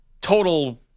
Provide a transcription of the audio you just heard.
total